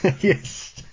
Yes